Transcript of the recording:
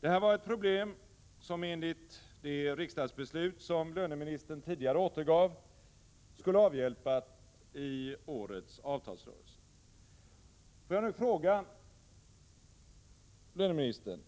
Det var ett problem som enligt det riksdagsbeslut som löneministern tidigare åberopade skulle avhjälpas i årets avtalsrörelse. Jag vill nu fråga löneministern: